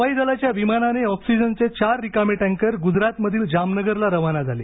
हवाई दलाच्या विमानाने ऑक्सिजनचे चार रिकामे टॅंकर गुजरातमधील जामनगरला रवाना झाले